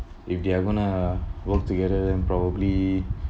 if they are going to work together then probably